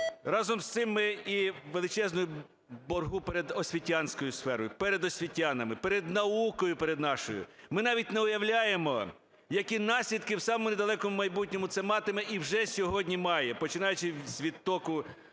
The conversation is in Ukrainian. Разом з цим, ми і в величезному боргу перед освітянською сферою, перед освітянами, перед наукою перед нашою. Ми навіть не уявляємо, які наслідки в самому недалекому майбутньому це матиме, і вже сьогодні має, починаючи з відтоку